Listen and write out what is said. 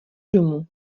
domu